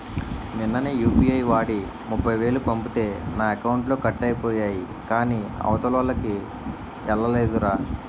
నిన్ననే యూ.పి.ఐ వాడి ముప్ఫైవేలు పంపితే నా అకౌంట్లో కట్ అయిపోయాయి కాని అవతలోల్లకి ఎల్లలేదురా